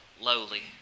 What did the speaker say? lowly